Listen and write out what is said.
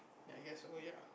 ya I guess so ya